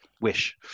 wish